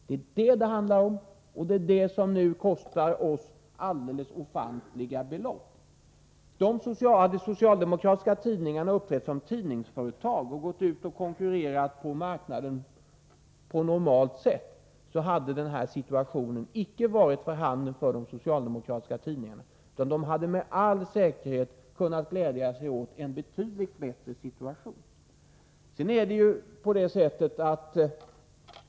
Det är detta det handlar om, och det kostar oss alldeles ofantliga belopp. Om de socialdemokratiska tidningarna hade uppträtt som tidningsföretag och gått ut och konkurrerat på marknaden på normalt sätt, hade den här situationen icke varit för handen för socialdemokratiska tidningar, utan de hade med all säkerhet kunnat glädja sig åt en betydligt bättre situation.